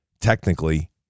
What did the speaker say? technically